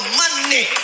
money